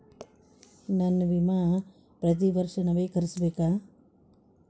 ನನ್ನ ವಿಮಾ ಪ್ರತಿ ವರ್ಷಾ ನವೇಕರಿಸಬೇಕಾ?